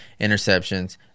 interceptions